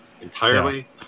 entirely